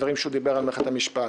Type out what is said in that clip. הדברים שהוא דיבר על מערכת המשפט.